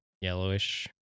Yellowish